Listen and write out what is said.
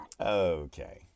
Okay